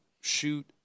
shoot